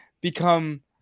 become